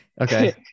okay